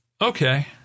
Okay